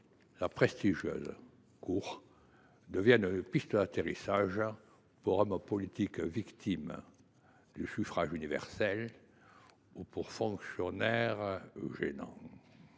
la prestigieuse Cour des comptes devienne une piste d’atterrissage pour hommes politiques victimes du suffrage universel ou pour fonctionnaires gênants.